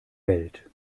welt